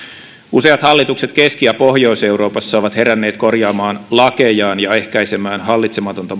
useat hallitukset keski ja pohjois euroopassa ovat heränneet korjaamaan lakejaan ja ehkäisemään hallitsematonta